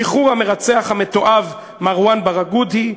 שחרור המרצח המתועב מרואן ברגותי,